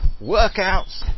workouts